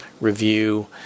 review